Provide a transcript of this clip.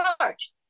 charge